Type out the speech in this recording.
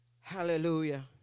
Hallelujah